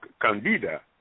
candida